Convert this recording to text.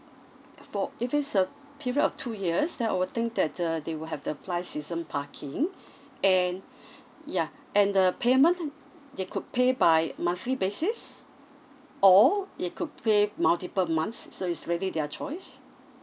for if it's a period of two years then I will think that uh they will have to apply season parking and yeah and the payment th~ they could pay by monthly basis or they could pay multiple months so it's really their choice